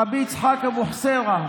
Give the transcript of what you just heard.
רבי יצחק אבוחצירא,